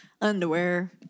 Underwear